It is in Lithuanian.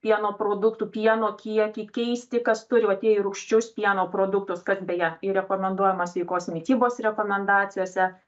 pieno produktų pieno kiekį keisti kas turi va tie į rūgščius pieno produktus kas beje ir rekomenduojama sveikos mitybos rekomendacijose